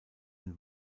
ein